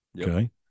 okay